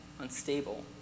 unstable